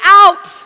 out